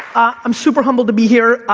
i'm super humbled to be here.